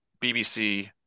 BBC